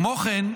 כמו כן,